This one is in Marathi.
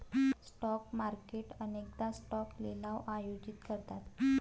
स्टॉक मार्केट अनेकदा स्टॉक लिलाव आयोजित करतात